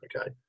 okay